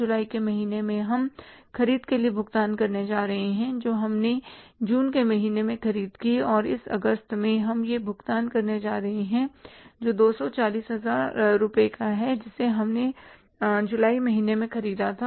जुलाई के महीने में हम खरीद के लिए भुगतान करने जा रहे हैं जो हमने जून के महीने में खरीद की और इस अगस्त में हम यह भुगतान करने जा रहे हैं जो 240 हजार रुपये का है जिसे हमने जुलाई महीने में खरीदा था